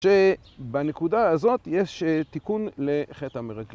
שבנקודה הזאת יש תיקון לחטא המרגלים.